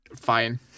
Fine